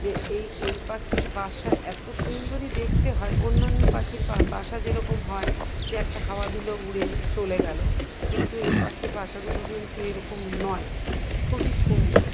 যে এই এই পাখির বাসা এত সুন্দরই দেখতে হয় অন্যান্য পাখির বাসা যেরকম হয় যে একটা হাওয়া দিল উড়ে চলে গেলো কিন্তু এই পাখির বাসাগুলো কিন্তু এরকম নয় খুবই সুন্দর